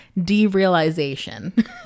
derealization